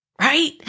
Right